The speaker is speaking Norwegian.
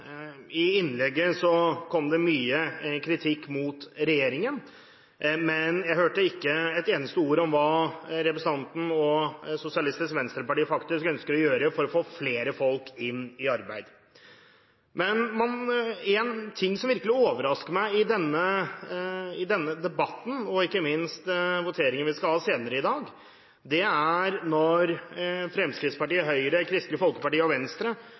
Sosialistisk Venstreparti ønsker å gjøre for å få flere folk i arbeid. En ting som virkelig overrasker meg i denne debatten og ikke minst i voteringen som vi skal ha senere i dag, er det som skjer når Fremskrittspartiet, Høyre, Kristelig Folkeparti og Venstre